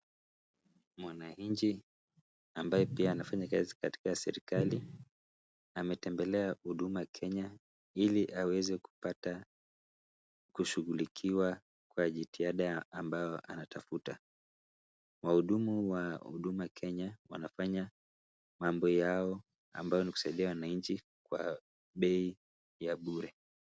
Mwananchi ambaye pia anafanya kazi katika serekali ametembelea Huduma Kenya ili aweze kupata kushughulikiwa kwa jitihada ambayo anatafuta wahudumu wa Huduma Kenya wanafanya mambo yao ambayo nikusaidia wanainchi kwa bei ya bure.